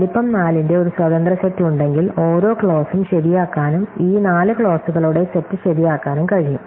വലിപ്പം 4 ന്റെ ഒരു സ്വതന്ത്ര സെറ്റ് ഉണ്ടെങ്കിൽ ഓരോ ക്ലോസും ശരിയാക്കാനും ഈ നാല് ക്ലോസുകളുടെ സെറ്റ് ശരിയാക്കാനും കഴിയും